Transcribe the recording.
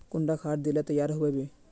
कुंडा खाद दिले तैयार होबे बे?